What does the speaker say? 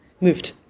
moved